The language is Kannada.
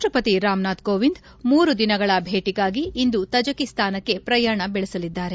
ರಾಷ್ಷಪತಿ ರಾಮನಾಥ ಕೋವಿಂದ್ ಮೂರು ದಿನಗಳ ಭೇಟಿಗಾಗಿ ಇಂದು ತಜಕಿಸ್ತಾನಕ್ಕೆ ಪ್ರಯಾಣ ಬೆಳೆಸಲಿದ್ದಾರೆ